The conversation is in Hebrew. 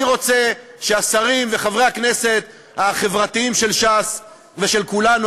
אני רוצה שהשרים וחברי הכנסת החברתיים של ש"ס ושל כולנו,